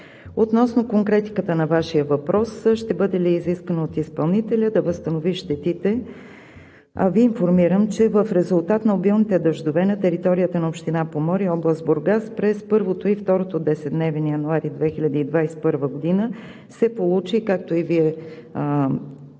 Относно конкретиката на Вашия въпрос – ще бъде ли изискано от изпълнителя да възстанови щетите, Ви информирам, че в резултат на обилните дъждове на територията на община Поморие, област Бургас, през първото и второто десетдневие на януари 2021 г. се получи, както и Вие подчертахте,